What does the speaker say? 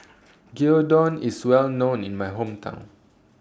Gyudon IS Well known in My Hometown